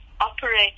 operate